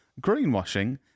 Greenwashing